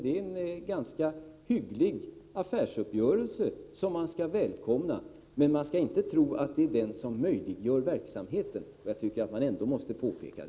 Det är en ganska hygglig affärsuppgörelse som man skall välkomna. Men man skall inte tro att den möjliggör verksamheten. Detta faktum måste ändå påpekas.